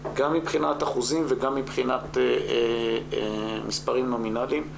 גם מבחינת אחוזים וגם מבחינת מספרים נומינליים,